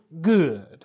good